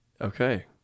Okay